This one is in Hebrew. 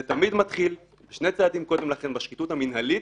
זה תמיד מתחיל שני צעדים קודם לכן בשחיתות המנהלית,